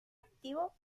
activo